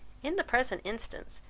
in the present instance,